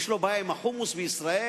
יש לו בעיה עם החומוס בישראל?